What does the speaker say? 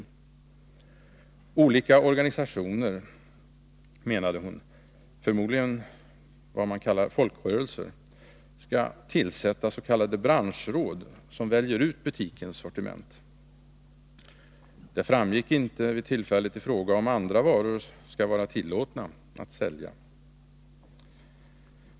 Hon menade att olika organisationer, förmodligen vad man kallar folkrörelser, skall tillsätta s.k. branschråd som väljer ut butikens sortiment. Det framgick inte vid tillfället i fråga om andra varor skall vara tillåtna att sälja.